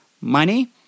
money